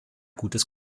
gutes